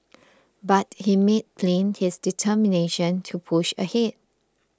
but he made plain his determination to push ahead